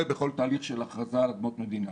בכל תהליך של הכרזה על אדמות מדינה.